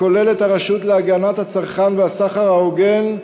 הכולל את הרשות להגנת הצרכן והסחר ההוגן,